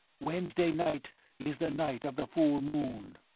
wednesday night is the night of the full moon.